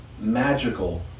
magical